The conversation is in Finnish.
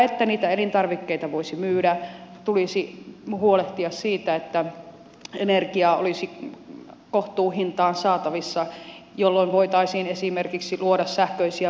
jotta niitä elintarvikkeita voisi myydä tulisi huolehtia siitä että energiaa olisi kohtuuhintaan saatavissa jolloin voitaisiin esimerkiksi luoda sähköisiä markkinoita